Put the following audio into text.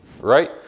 right